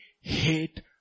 hate